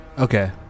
okay